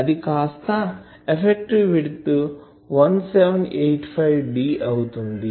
అది కాస్త effective width 1785 d అవుతుంది